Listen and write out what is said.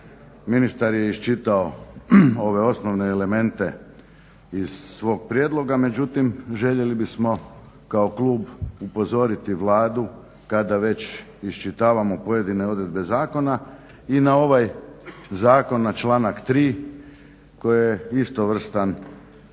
Ministar je iščitao ove osnovne elemente iz svog prijedloga, međutim željeli bismo kao klub upozoriti Vladu kada već iščitavamo pojedine odredbe zakona i na ovaj zakon, na članak 3. koje je istovrstan